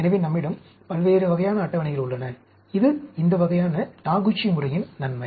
எனவே நம்மிடம் பல்வேறு வகையான அட்டவணைகள் உள்ளன இது இந்த வகையான டாகுச்சி முறையின் நன்மை